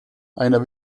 einer